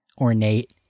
ornate